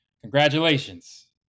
congratulations